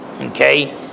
Okay